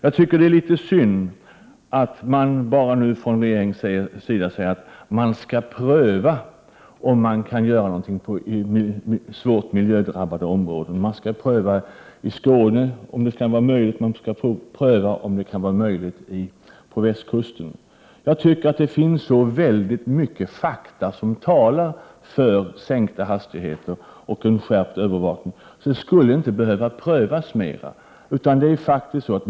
Jag tycker det är litet synd att man nu från regeringens sida bara säger att man skall pröva om man kan göra någonting för svårt miljödrabbade områden. Man skall pröva i Skåne om det kan vara möjligt, och man skall pröva om det kan vara möjligt på västkusten. Jag tycker att det finns så väldigt många fakta som talar för sänkta hastigheter och en skärpt övervakning att det inte skulle behöva prövas mera.